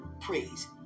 praise